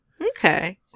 okay